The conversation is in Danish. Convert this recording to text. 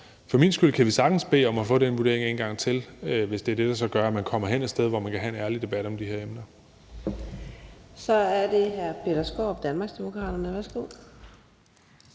for min skyld kan vi sagtens bede om at få den vurdering en gang til, hvis det er det, der så gør, at man kommer hen et sted, hvor man kan have en ærlig debat om de her emner. Kl. 15:33 Fjerde næstformand (Karina Adsbøl):